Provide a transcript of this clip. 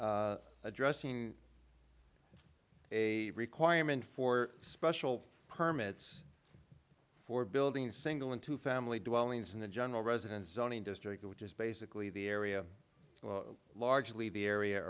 is addressing a requirement for special permits four buildings single into family dwellings in the general residence zoning district which is basically the area largely the area